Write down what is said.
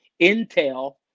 intel